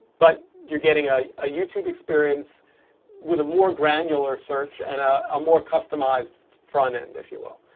but you're getting ah a youtube experience with a more granular search and ah a more customized front end, if you will.